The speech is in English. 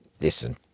Listen